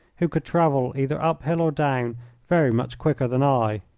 who could travel either up hill or down very much quicker than i.